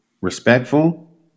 respectful